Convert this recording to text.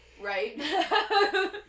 Right